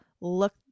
look